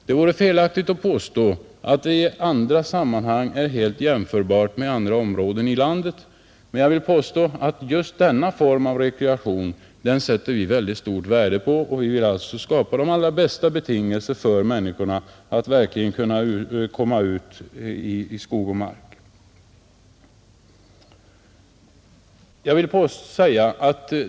Det vore felaktigt att säga att dessa områden i andra sammanhang är helt jämförbara med andra områden i landet, men jag vill påstå att vi sätter synnerligen stort värde på jakt och fiske som rekreation, och vi vill därför skapa de allra bästa betingelser för människorna att komma ut i skog och mark.